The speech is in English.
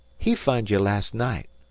he fund you last night,